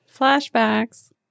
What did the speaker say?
Flashbacks